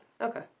Okay